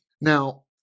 Now